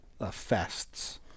fests